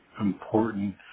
important